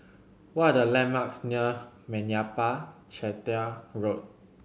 what are the landmarks near Meyappa Chettiar Road